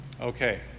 Okay